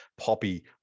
poppy